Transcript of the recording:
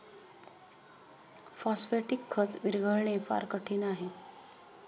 phosphatic खत विरघळणे फार कठीण आहे